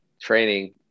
training